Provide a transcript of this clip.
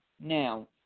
now